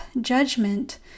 judgment